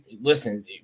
listen